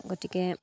গতিকে